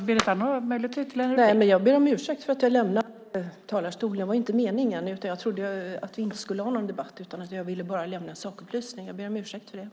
Fru talman! Jag ber om ursäkt för att jag lämnade talarstolen. Det var inte meningen. Jag trodde inte att vi skulle ha någon debatt. Jag ville bara lämna en sakupplysning. Jag ber om ursäkt för detta.